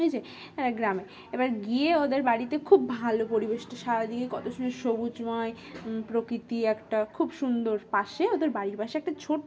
বুঝছে গ্রামে এবার গিয়ে ওদের বাড়িতে খুব ভালো পরিবেশটা সারাদিকে কত সুন্দর সবুজময় প্রকৃতি একটা খুব সুন্দর পাশে ওদের বাড়ির পাশে একটা ছোট